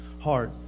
heart